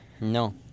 no